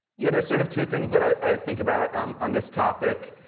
yeah. there's sort of two things that i think about um on this topic.